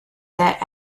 that